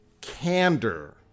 candor